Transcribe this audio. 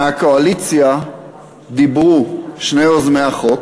מהקואליציה דיברו שני יוזמי החוק